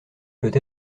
peut